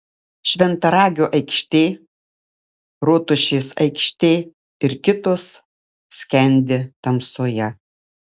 šventaragio aikštė rotušės aikštė ir kitos skendi tamsoje